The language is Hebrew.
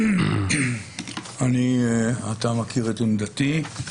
אתה מכיר את עמדתי.